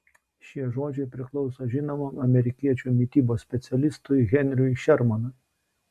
šie žodžiai priklauso žinomam amerikiečių mitybos specialistui henriui šermanui